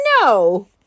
no